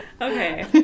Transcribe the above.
Okay